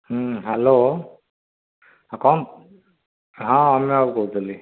hello ହଁ କ'ଣ ହଁ ଅମିୟ ବାବୁ କହୁଥିଲି